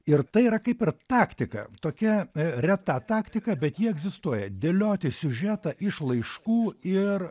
ir tai yra kaip ir taktika tokia reta taktika bet ji egzistuoja dėlioti siužetą iš laiškų ir